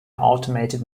automated